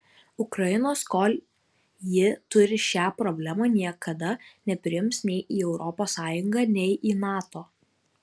ukrainos kol ji turi šią problemą niekada nepriims nei į europos sąjungą nei į nato